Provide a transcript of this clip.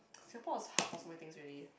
Singapore is hub for so many things already